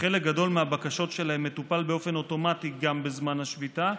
שחלק גדול מהבקשות שלהם מטופל באופן אוטומטי גם בזמן השביתה,